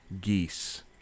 Geese